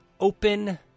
open